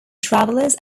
travellers